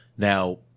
Now